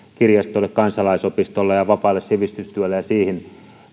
kirjastoille kansalaisopistoille ja ja vapaalle sivistystyölle ja siihen